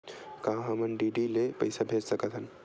का हम डी.डी ले पईसा भेज सकत हन?